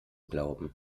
glauben